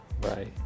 Bye